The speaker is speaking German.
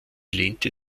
lehnte